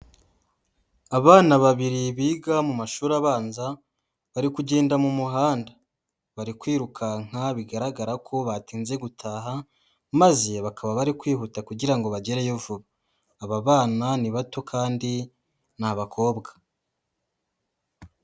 Abana babiri biga mu mashuri abanza bari kugenda mu muhanda, bari kwirukanka bigaragara ko batinze gutaha maze bakaba bari kwihuta kugira ngo bagereyo vuba, aba bana ni bato kandi ni abakobwa.